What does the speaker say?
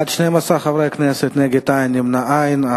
בעד, 12 חברי כנסת, נגד, אין, נמנעים, אין.